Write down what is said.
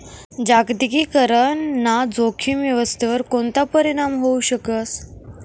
जागतिकीकरण ना जोखीम व्यवस्थावर कोणता परीणाम व्हवू शकस